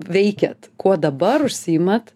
veikiat kuo dabar užsiimat